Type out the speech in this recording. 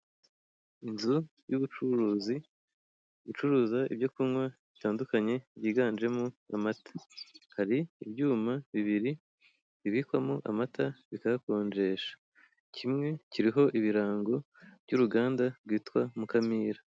Inzu y'ubucuruzi bacuruza ibyo kunywa bitandukanye byiganjemo amata. Hari ibyuma bibiri bibikwamo amata bikayakonjesh, kimwe kiriho ibirango by'uruganda rwitwa Mukamira.